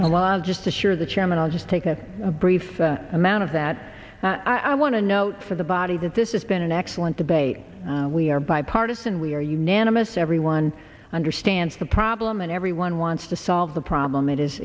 alive just assure the chairman i'll just take a brief amount of that i want to note for the body that this is been an excellent debate we are bipartisan we are unanimous everyone understands the problem and everyone wants to solve the problem it is